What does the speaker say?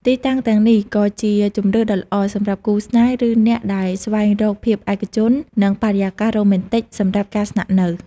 ទីតាំងទាំងនេះក៏ជាជម្រើសដ៏ល្អសម្រាប់គូស្នេហ៍ ឬអ្នកដែលស្វែងរកភាពឯកជន និងបរិយាកាសរ៉ូមែនទិកសម្រាប់ការស្នាក់នៅ។